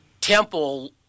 temple